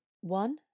one